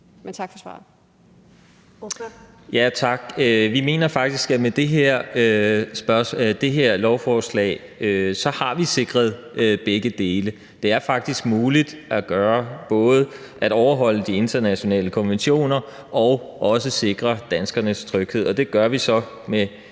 Vi mener faktisk, at vi med det her lovforslag har sikret begge dele. Det er faktisk muligt både at overholde de internationale konventioner og sikre danskernes tryghed.